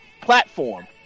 platform